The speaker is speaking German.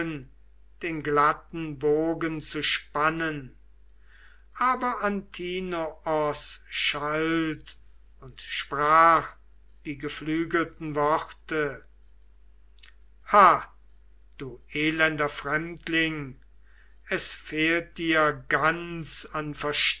den glatten bogen zu spannen aber antinoos schalt und sprach die geflügelten worte ha du elender fremdling es fehlt dir ganz